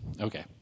Okay